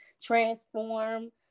transform